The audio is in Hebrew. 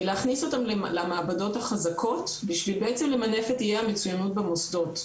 להכניס אותם למעבדות החדשות בשביל בעצם למנף את איי המצויינות במוסדות.